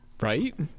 Right